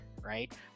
right